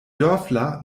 dörfler